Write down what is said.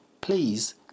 Please